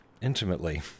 intimately